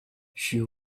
she